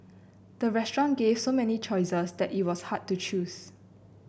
the restaurant gave so many choices that it was hard to choose